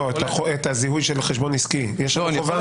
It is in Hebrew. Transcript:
לא, את הזיהוי של חשבון עסקי, יש חובה?